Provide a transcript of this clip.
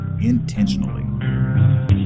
intentionally